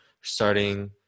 starting